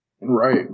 Right